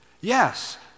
Yes